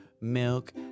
milk